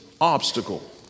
obstacle